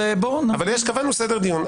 אבל קבענו סדר דיון.